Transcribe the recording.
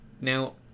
now